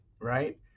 right